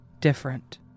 different